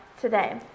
today